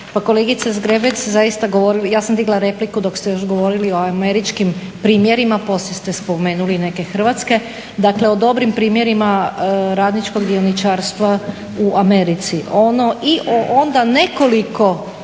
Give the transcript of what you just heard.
govorila, ja sam digla repliku dok ste još govorili o američkim primjerima, poslije ste spomenuli i neke hrvatske, dakle o dobrim primjerima radničkog dioničarstva u Americi